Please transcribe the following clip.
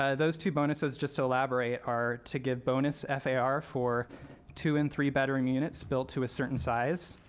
ah those two bonuses just elaborate are to give bonus far for two and three bedroom units built to a certain size,